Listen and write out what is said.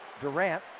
Durant